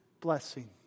Blessing